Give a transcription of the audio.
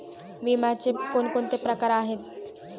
विम्याचे कोणकोणते प्रकार आहेत?